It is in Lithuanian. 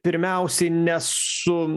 pirmiausiai ne su